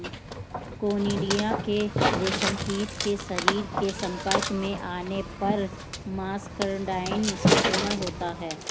conidia के रेशमकीट के शरीर के संपर्क में आने पर मस्करडाइन संक्रमण होता है